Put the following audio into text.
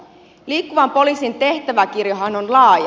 liikkuvan poliisin tehtäväkirjohan on laaja